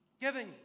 Giving